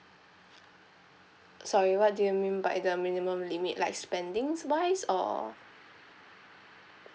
sorry what do you mean by the minimum limit like spendings wise or